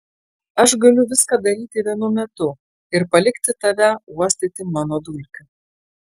aš galiu viską daryti vienu metu ir palikti tave uostyti mano dulkių